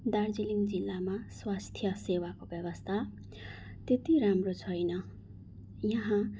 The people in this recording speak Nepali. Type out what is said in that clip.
दार्जिलिङ जिल्लामा स्वास्थ्य सेवाको व्यवस्था त्यति राम्रो छैन यहाँ